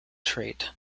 trait